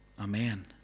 Amen